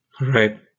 Right